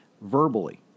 verbally